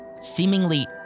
seemingly